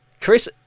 chris